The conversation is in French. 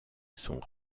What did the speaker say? sont